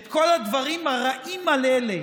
את כל הדברים הרעים האלה